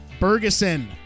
Bergeson